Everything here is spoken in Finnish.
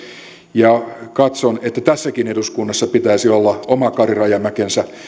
ja katson että tässäkin eduskunnassa pitäisi olla oma kari rajamäkensä